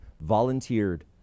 volunteered